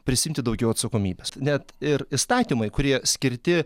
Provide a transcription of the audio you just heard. prisiimti daugiau atsakomybės net ir įstatymai kurie skirti